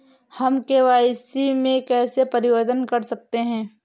हम के.वाई.सी में कैसे परिवर्तन कर सकते हैं?